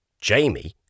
Jamie